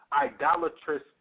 idolatrous